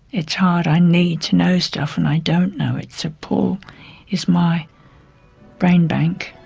it's hard. i need to know stuff and i don't know it, so paul is my brain bank,